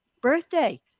birthday